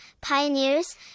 pioneers